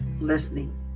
Listening